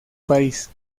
parís